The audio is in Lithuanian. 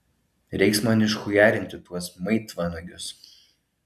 reiks man išchujarinti tuos maitvanagius